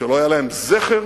שלא היה להם זכר